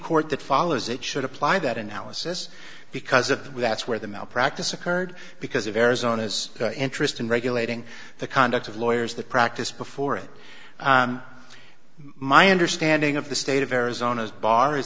court that follows it should apply that analysis because of that's where the malpractise occurred because of arizona's interest in regulating the conduct of lawyers the practice before it my understanding of the state of arizona